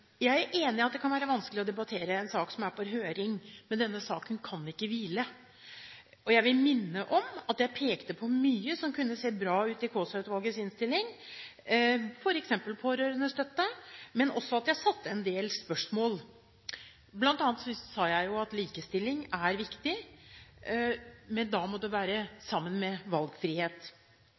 Jeg er enig i at det kan være vanskelig å debattere en sak som er på høring, men denne saken kan ikke hvile. Jeg vil minne om at jeg pekte på mye som kunne se bra ut i Kaasa-utvalgets innstilling, f.eks. pårørendestøtte, men også at jeg satte en del spørsmålstegn. Blant annet sa jeg at likestilling er viktig, men da må det være sammen med valgfrihet.